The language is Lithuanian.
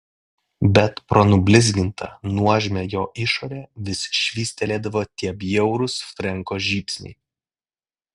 bet pro nublizgintą nuožmią jo išorę vis švystelėdavo tie bjaurūs frenko žybsniai